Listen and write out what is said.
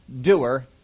doer